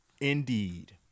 Indeed